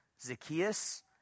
Zacchaeus